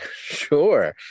Sure